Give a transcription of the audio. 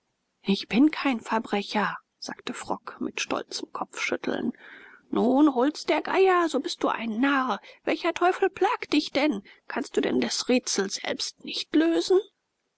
ich bin kein verbrecher sagte frock mit stolzem kopfschütteln nun hol's der geier so bist du ein narr welcher teufel plagt dich denn kannst du denn das rätsel selbst nicht lösen